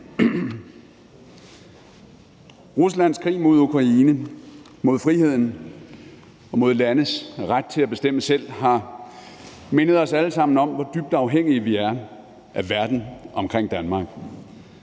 Ruslands krig mod Ukraine, mod friheden og mod landes ret til at bestemme selv har mindet os alle sammen om, hvor dybt afhængige vi er af verden omkring Danmark.